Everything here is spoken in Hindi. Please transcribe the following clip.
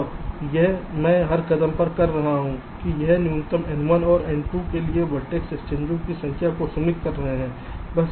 और यह मैं हर कदम पर कह रहा हूं कि हम न्यूनतम n1 और n2 के लिए वर्टेक्स एक्सचेंजों की संख्या को सीमित कर रहे हैं